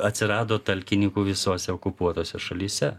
atsirado talkinykų visose okupuotose šalyse